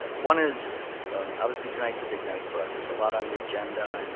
and one is, well obviously tonight's a big night for us. there's a lot on the agenda, and